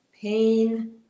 pain